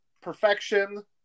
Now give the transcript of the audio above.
perfection